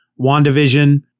WandaVision